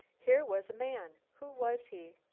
here was a man. who was he?